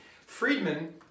Friedman